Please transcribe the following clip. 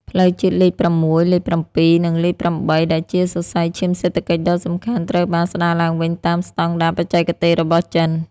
ផ្លូវជាតិលេខ ៦, លេខ ៧, និង លេខ ៨ ដែលជាសរសៃឈាមសេដ្ឋកិច្ចដ៏សំខាន់ ត្រូវបានស្ដារឡើងវិញតាមស្ដង់ដារបច្ចេកទេសរបស់ចិន។